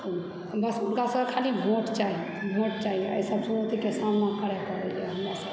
बस हुनका सभकेँ खाली भोट चाही भोट चाही एहिसभ चुनौतीके सामना करय पड़यए हमरासभकेँ